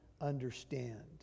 understand